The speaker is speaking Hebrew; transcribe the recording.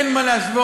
אין מה להשוות.